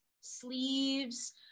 sleeves